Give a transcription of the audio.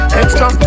extra